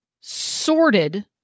sorted